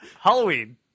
halloween